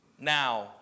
Now